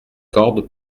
cordes